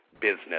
business